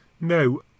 no